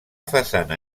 façana